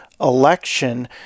election